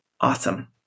awesome